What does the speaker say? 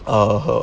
(uh huh)